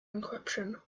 encryption